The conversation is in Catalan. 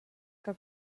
que